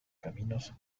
caminos